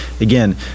Again